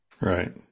right